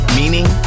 meaning